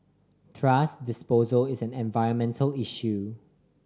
thrash disposal is an environmental issue